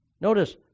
Notice